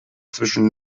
zwischen